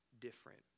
different